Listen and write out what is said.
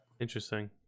Interesting